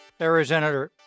Arizona